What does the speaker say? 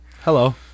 hello